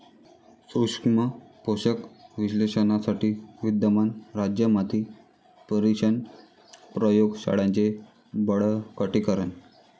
सूक्ष्म पोषक विश्लेषणासाठी विद्यमान राज्य माती परीक्षण प्रयोग शाळांचे बळकटीकरण